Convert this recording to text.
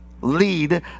lead